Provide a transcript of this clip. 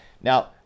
Now